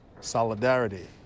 Solidarity